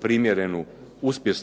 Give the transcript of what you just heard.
primjerenu